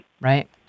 Right